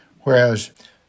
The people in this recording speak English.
whereas